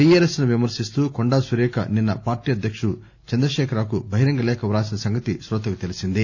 టీఆర్ఎస్ను విమర్శిస్తూ కొండా సురేఖ నిన్న పార్టీ అధ్యక్షుడు చందశేఖర్రావుకు బహిరంగ లేఖ రాసిన సంగతి శోతలకు తెలిసిందే